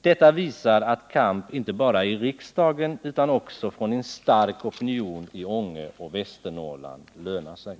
Detta visar att kamp inte bara i riksdagen utan också från en stark opinion i Ånge och Västernorrland lönar sig.